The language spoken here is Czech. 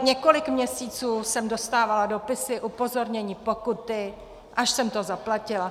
Několik měsíců jsem dostávala dopisy, upozornění, pokuty, až jsem to zaplatila.